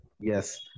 Yes